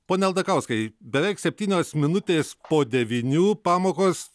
pone aldakauskai beveik septynios minutės po devynių pamokos